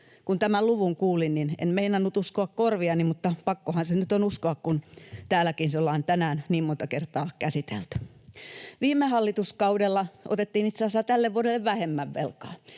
Kun tämän luvun kuulin, niin en meinannut uskoa korviani, mutta pakkohan se nyt on uskoa, kun täälläkin se ollaan tänään niin monta kertaa käsitelty. Viime hallituskaudella otettiin itse asiassa tälle vuodelle vähemmän velkaa,